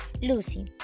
Lucy